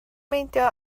meindio